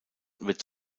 wird